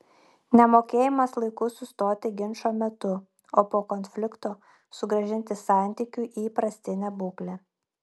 nemokėjimas laiku sustoti ginčo metu o po konflikto sugrąžinti santykių į įprastinę būklę